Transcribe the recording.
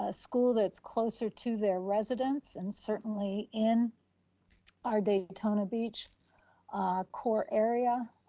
ah school that's closer to their residence and certainly in our daytona beach core area.